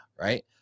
right